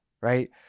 right